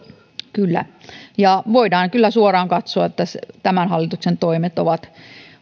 kyllä voidaan kyllä suoraan katsoa että tämän hallituksen toimet ovat